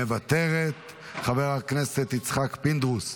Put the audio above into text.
מוותר, חברת הכנסת פנינה תמנו,